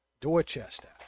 Dorchester